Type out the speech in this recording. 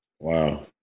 Wow